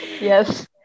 yes